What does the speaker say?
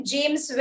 James